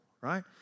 right